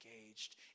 engaged